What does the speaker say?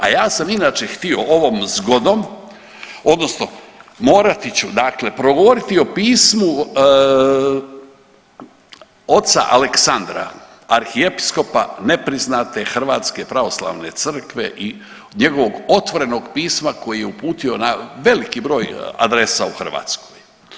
A ja sam inače htio ovom zgodom odnosno morati ću, dakle progovoriti o pismu oca Aleksandra arhiepskopa nepriznate hrvatske pravoslavne crkve i njegovog otvorenog pisma koji je uputio na veliki broj adresa u Hrvatskoj.